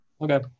okay